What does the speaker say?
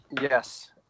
Yes